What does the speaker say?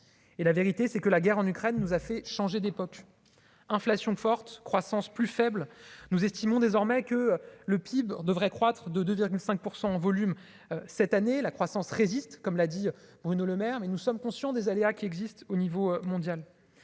et la vérité, c'est que la guerre en Ukraine, nous a fait changer d'époque, inflation forte croissance plus faible, nous estimons désormais que le PIB devrait croître de 2,5 % en volume cette année la croissance résiste, comme l'a dit, Bruno Lemaire, mais nous sommes conscients des aléas qui existe au niveau mondial,